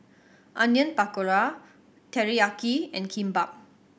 Onion Pakora Teriyaki and Kimbap